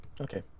Okay